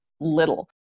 little